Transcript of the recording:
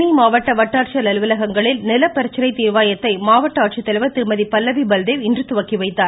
தேனி மாவட்ட வட்டாட்சியர் அலுவலகங்களில் நிலப்பிரச்னை தீர்வாயத்தை மாவட்ட ஆட்சித்தலைவர் திருமதி பல்லவி பல்தேவ் இன்று துவக்கிவைத்தார்